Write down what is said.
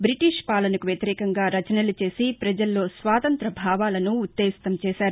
బీటిష్ పాలనకు వ్యతిరేకంగా రచనలు చేసి ప్రపజల్లో స్వాతంత్ర్య భావాలను ఉత్తేజితం చేశారు